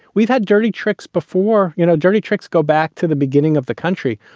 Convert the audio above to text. we've had dirty tricks before, you know, dirty tricks. go back to the beginning of the country.